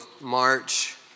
March